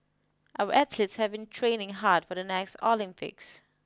our athletes have been training hard for the next Olympics